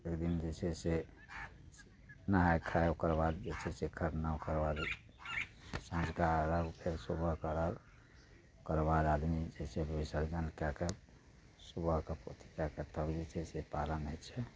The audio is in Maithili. ओइदिन जे छै से नहाय खाय ओकरबाद जे छै से खरना ओकरबाद सँझुका अर्घ फेर सुबहके अर्घ ओकरबाद आदमी जे छै से विसर्जन कए कऽ सुबहके अपन अथी कए कऽ तब जे छै से पारण होइ छै